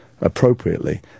appropriately